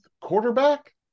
quarterback